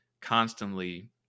constantly